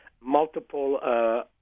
multiple